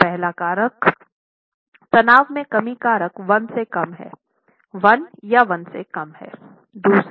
तो पहला कारक तनाव में कमी कारक 1 से कम 1 या 1 से कम हैं